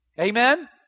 Amen